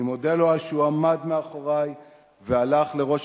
אני מודה לו על שהוא עמד מאחורי והלך לראש